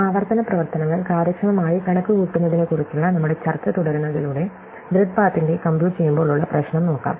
ആവർത്തന പ്രവർത്തനങ്ങൾ കാര്യക്ഷമമായി കണക്കുകൂട്ടുന്നതിനെക്കുറിച്ചുള്ള നമ്മുടെ ചർച്ച തുടരുന്നതിലൂടെ ഗ്രിഡ് പാത്തിന്റെ കംപ്യൂട്ട് ചെയ്യുമ്പോൾ ഉള്ള പ്രശ്നം നോക്കാം